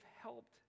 helped